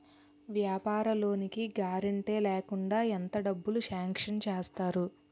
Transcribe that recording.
వ్యాపార లోన్ కి గారంటే లేకుండా ఎంత డబ్బులు సాంక్షన్ చేస్తారు?